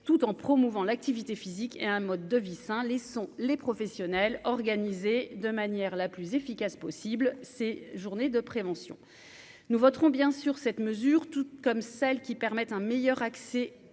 tout en promouvant l'activité physique et un mode de vie sain, laissons les professionnels organisés de manière la plus efficace possible ces journées de prévention, nous voterons bien sûr cette mesure, tout comme celles qui permettent un meilleur accès